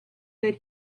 that